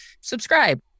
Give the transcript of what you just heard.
subscribe